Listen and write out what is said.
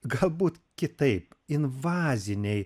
galbūt kitaip invaziniai